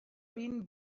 been